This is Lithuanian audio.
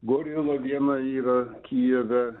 gorila viena yra kijeve